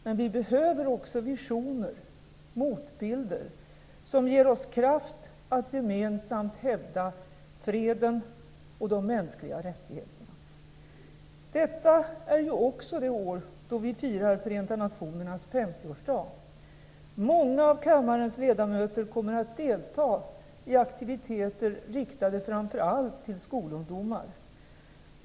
Men vi behöver också visioner, motbilder, som ger oss kraft att gemensamt hävda freden och de mänskliga rättigheterna. Detta är ju också det år då vi firar Förenta nationernas 50-årsdag. Många av kammarens ledamöter kommer att delta i aktiviteter riktade framför allt till skolungdomar.